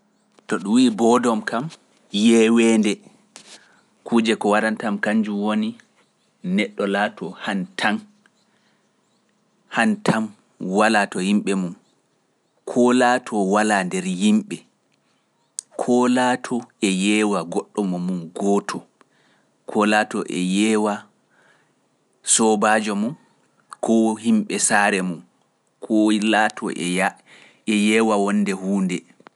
To ɗum wii boredom kam, yeeweende kuuje ko waranta am kannjum woni neɗɗo laatoo han tan, han tan walaa to yimɓe mum, koo laatoo walaa nder yimɓe koo laatoo e yeewa goɗɗo mo mum gooto, koo laatoo e yeewa soobaajo mum, koo himɓe saare mum, ko laatoo e yah- e yeewa wonnde huunde.